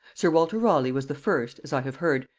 sir walter raleigh was the first, as i have heard,